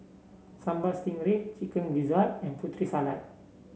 Sambal Stingray Chicken Gizzard and Putri Salad